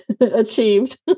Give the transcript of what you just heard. achieved